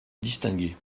distingué